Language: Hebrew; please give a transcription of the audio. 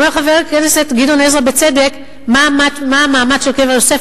אומר חבר הכנסת גדעון עזרא בצדק: מה המעמד של קבר יוסף,